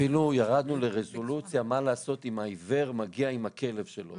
אפילו ירדנו לרזולוציה מה לעשות אם העיוור מגיע עם הכלב שלו,